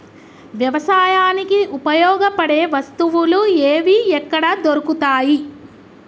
వ్యవసాయానికి ఉపయోగపడే వస్తువులు ఏవి ఎక్కడ దొరుకుతాయి?